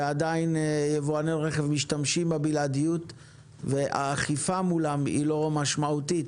ועדיין יבואני רכב משתמשים בבלעדיות והאכיפה מולם היא לא משמעותית.